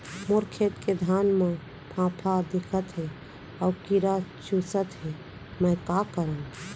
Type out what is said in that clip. मोर खेत के धान मा फ़ांफां दिखत हे अऊ कीरा चुसत हे मैं का करंव?